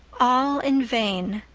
all in vain.